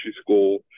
school